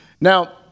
Now